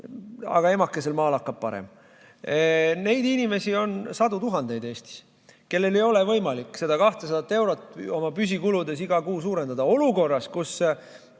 aga emakesel Maal hakkab parem. Neid inimesi on sadu tuhandeid Eestis, kellel ei ole võimalik 200 euro võrra oma püsikulusid iga kuu suurendada olukorras, kus